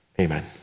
Amen